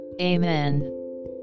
Amen